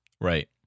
Right